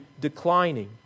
declining